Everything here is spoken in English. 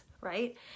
right